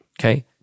okay